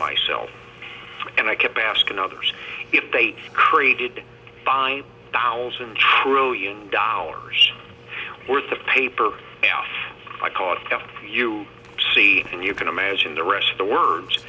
myself and i kept asking others if they created fine thousand trillion dollars worth of paper and i caught you see and you can imagine the rest of the words